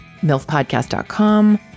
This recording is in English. milfpodcast.com